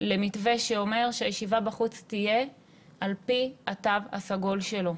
למתווה שאומר שהישיבה בחוץ תהיה על פי התו הסגול שלו.